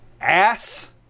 ass